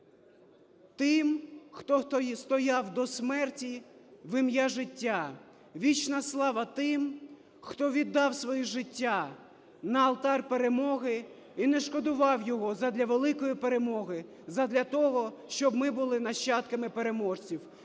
тим, хто стояв до смерті в ім'я життя! Вічна слава тим, хто віддав своє життя на алтарь перемоги і не шкодував його задля великої перемоги, задля того, щоб ми були нащадками переможці!